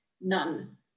None